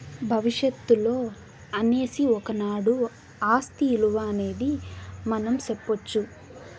భవిష్యత్తులో అనేసి ఒకనాడు ఆస్తి ఇలువ అనేది మనం సెప్పొచ్చు